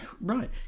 Right